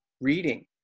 reading